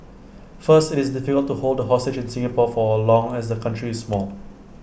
first IT is difficult to hold A hostage in Singapore for long as the country is small